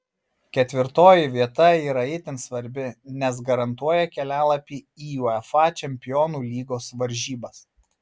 ketvirtoji vieta yra itin svarbi nes garantuoja kelialapį į uefa čempionų lygos varžybas